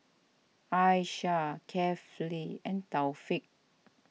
Aishah Kefli and Taufik